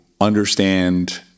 understand